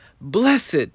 Blessed